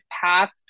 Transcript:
path